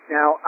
Now